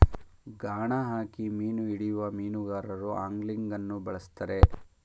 ಗಾಣ ಹಾಕಿ ಮೀನು ಹಿಡಿಯುವ ಮೀನುಗಾರರು ಆಂಗ್ಲಿಂಗನ್ನು ಬಳ್ಸತ್ತರೆ